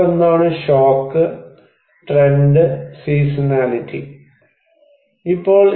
അതിലൊന്നാണ് shock trend seasonality shock trend and seasonality